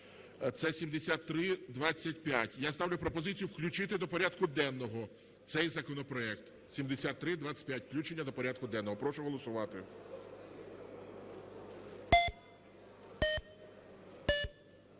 це 7325. Я ставлю пропозицію включити до порядку денного цей законопроект 7325, включення до порядку денного. Прошу голосувати.